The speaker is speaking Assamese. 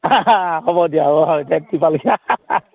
হ'ব দিয়া